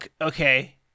Okay